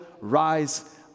rise